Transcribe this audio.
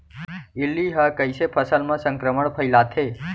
इल्ली ह कइसे फसल म संक्रमण फइलाथे?